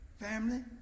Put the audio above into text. Family